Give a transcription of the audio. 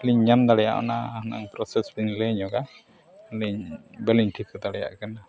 ᱟᱹᱞᱤᱧ ᱧᱟᱢ ᱫᱟᱲᱮᱭᱟᱜᱼᱟ ᱚᱱᱟ ᱦᱩᱱᱟᱹᱝ ᱵᱤᱱ ᱞᱟᱹᱭ ᱧᱚᱜᱟ ᱟᱹᱞᱤᱧ ᱵᱟᱹᱞᱤᱧ ᱴᱷᱤᱠᱟᱹ ᱫᱟᱲᱮᱭᱟᱜ ᱠᱟᱱᱟ